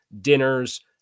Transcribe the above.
dinners